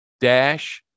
dash